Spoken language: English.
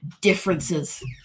differences